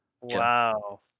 Wow